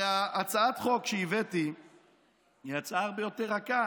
הרי הצעת החוק שהבאתי יצאה הרבה יותר רכה